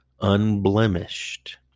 unblemished